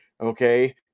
Okay